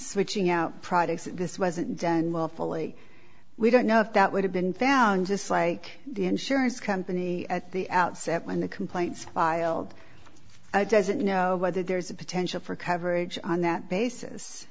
switching out products this wasn't done well fully we don't know if that would have been found just like the insurance company at the outset when the complaints filed doesn't know whether there's a potential for coverage on that basis